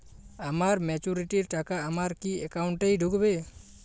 আমার ম্যাচুরিটির টাকা আমার কি অ্যাকাউন্ট এই ঢুকবে?